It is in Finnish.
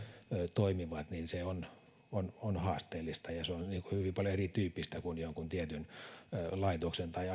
toimivat on on haasteellista ja se on hyvin erityyppistä kuin toiminnan valvonta jossakin tietyssä laitoksessa tai